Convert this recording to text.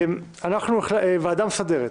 הוועדה המסדרת